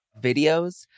videos